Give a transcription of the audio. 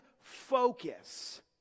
focus